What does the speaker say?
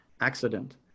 accident